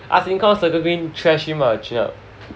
ask him call circle green trash him ah Jun Hup